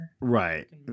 right